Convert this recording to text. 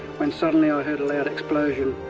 when suddenly i heard a loud explosion,